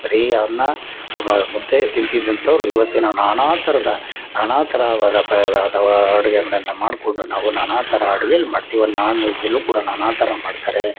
ಬರೀ ಅನ್ನ ಮುದ್ದೆ ತಿಂತಿದ್ದಂಥವ್ರು ಈವತ್ತಿನ ನಾನಾ ಥರದ ನಾನಾ ಥರ ಅಥವಾ ಅಡುಗೆಗಳನ್ನ ಮಾಡಿಕೊಂಡು ನಾವು ನಾನಾ ತರ ಅಡುಗೆ ಮಾಡ್ತೀವಿ ನಾನು ವೆಜ್ಜನ್ನು ಕೂಡ ನಾನಾ ಥರ ಮಾಡ್ತಾರೆ